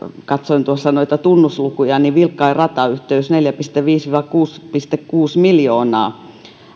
katsoin tuossa noita tunnuslukuja vilkkain ratayhteys neljä pilkku viisi viiva kuusi pilkku kuusi miljoonaa